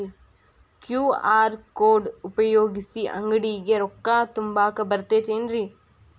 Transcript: QR code ಉಪಯೋಗಿಸಿ, ಅಂಗಡಿಗೆ ರೊಕ್ಕಾ ತುಂಬಾಕ್ ಬರತೈತೇನ್ರೇ?